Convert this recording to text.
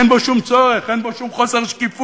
אין בו שום צורך, אין פה שום חוסר שקיפות.